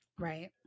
Right